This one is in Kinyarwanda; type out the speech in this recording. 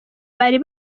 bari